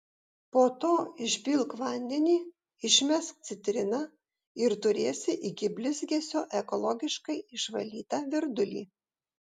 po to išpilk vandenį išmesk citriną ir turėsi iki blizgesio ekologiškai išvalytą virdulį